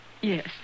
Yes